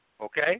okay